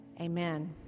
Amen